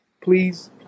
Please